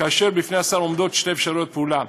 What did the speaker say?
כאשר בפני השר עומדות שתי אפשרויות פעולה: